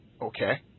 Okay